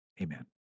Amen